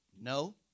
no